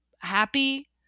Happy